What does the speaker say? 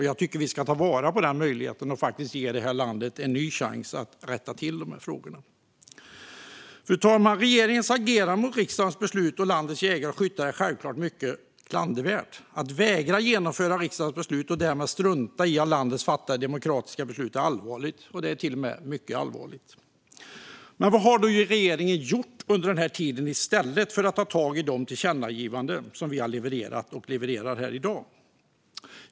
Jag tycker att vi ska ta vara på den möjligheten och ge det här landet en ny chans att rätta till dessa frågor. Fru talman! Regeringens agerande gällande riksdagens beslut och gentemot landets jägare och skyttar är självklart mycket klandervärt. Att vägra genomföra riksdagens beslut och därmed strunta i landets demokratiskt fattade beslut är allvarligt - till och med mycket allvarligt. Vad har då regeringen gjort under den här tiden, i stället för att ta tag i de tillkännagivanden som vi har riktat till den?